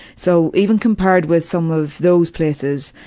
so, even compared with some of those places,